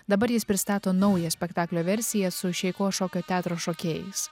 dabar jis pristato naują spektaklio versiją su šeiko šokio teatro šokėjais